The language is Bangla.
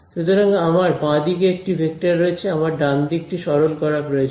সুতরাং আমার বাঁদিকে একটি ভেক্টর রয়েছে আমার ডানদিক টি সরল করা প্রয়োজন